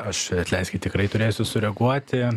aš atleiskit tikrai turėsiu sureaguoti